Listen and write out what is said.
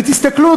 ותסתכלו,